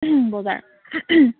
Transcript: বজাৰ